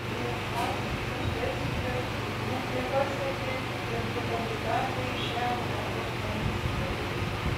klausymų sesijos net nepasiekė ir du kandidatai į šią europos komisiją